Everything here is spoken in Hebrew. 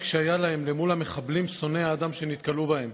שהיה להם מול המחבלים שונאי האדם שנתקלו בהם.